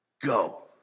go